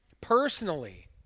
personally